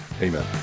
Amen